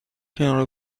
کنار